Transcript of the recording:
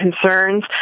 concerns